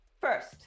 First